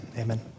Amen